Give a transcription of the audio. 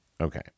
Okay